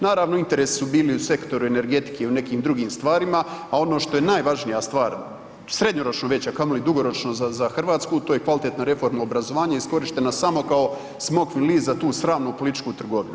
Naravno, interesi su bili u sektoru energetike i u nekim drugim stvarima, a ono što je najvažnija stvar, srednjoročno veća, a kamoli dugoročno za Hrvatsku, a to je kvalitetna reforma obrazovanja iskorištena samo kao smokvin list za tu sramnu političku trgovinu.